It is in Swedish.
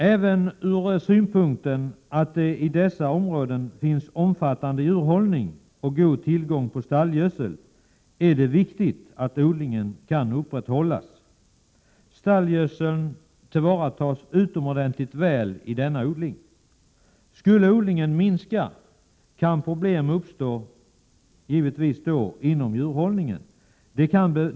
Även mot bakgrund av att det i dessa områden finns omfattande djurhållning och god tillgång på stallgödsel är det viktigt att odlingen kan upprätthållas. Stallgödseln tillvaratas utomordentligt väl i denna odling. Skulle odlingen minska, kan problem givetvis uppstå inom djurhållningen.